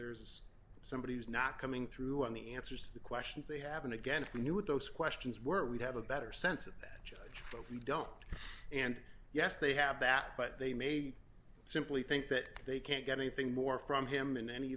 there is somebody who's not coming through on the answers the questions they have and again we knew those questions were we have a better sense of that judge but we don't and yes they have that but they may simply think that they can't get anything more from him in any